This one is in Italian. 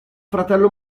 fratello